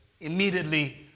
immediately